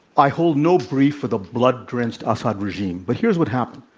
i hold no grief for the blood-drenched assad regime. but here's what happened.